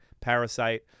parasite